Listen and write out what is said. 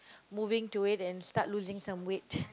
moving to it and start losing some weight